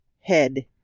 head